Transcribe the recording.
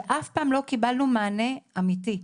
ואף פעם לא קיבלנו מענה אמיתי.